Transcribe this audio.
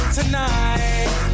tonight